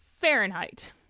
Fahrenheit